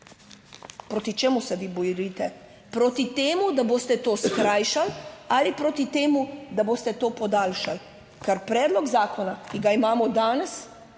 Proti čemu se vi borite? Proti temu, da boste to skrajšali ali proti temu, da boste to podaljšali? Ker predlog zakona, ki ga imamo danes,